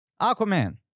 Aquaman